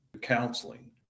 counseling